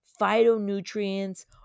phytonutrients